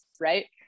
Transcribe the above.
right